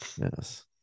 Yes